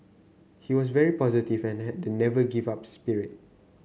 he was very positive and had the 'never give up' spirit